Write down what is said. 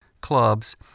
clubs